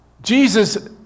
Jesus